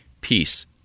Peace